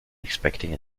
expecting